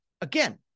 again